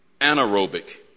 anaerobic